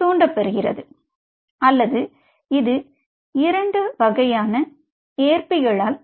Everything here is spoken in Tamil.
தூண்ட பெறுகிறது அல்லது இது 2 வகையான ஏற்பிகளால்